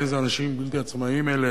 איזה אנשים בלתי עצמאים אלה,